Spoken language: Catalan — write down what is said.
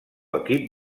equip